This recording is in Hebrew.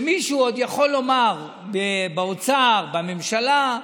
ומישהו עוד יכול לומר באוצר, בממשלה,